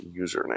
username